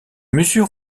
mesures